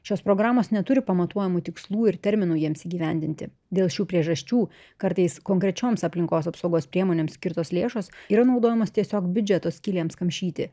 šios programos neturi pamatuojamų tikslų ir terminų jiems įgyvendinti dėl šių priežasčių kartais konkrečioms aplinkos apsaugos priemonėms skirtos lėšos yra naudojamos tiesiog biudžeto skylėms kamšyti